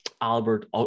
Albert